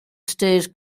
states